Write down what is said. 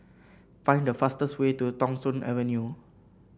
find the fastest way to Thong Soon Avenue